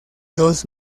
dos